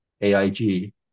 AIG